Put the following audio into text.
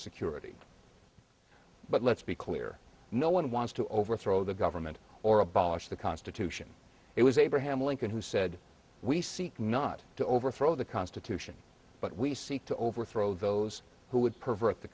security but let's be clear no one wants to overthrow the government or abolish the constitution it was abraham lincoln who said we seek not to overthrow the constitution but we seek to overthrow those who would pervert the